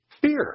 fear